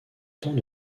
temps